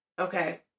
okay